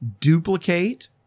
duplicate